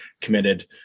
committed